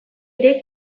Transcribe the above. ere